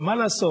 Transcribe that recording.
ומה לעשות,